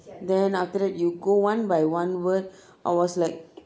then after that you go one by one word I was like